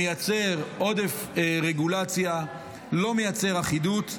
מייצר עודף רגולציה, לא מייצר אחידות.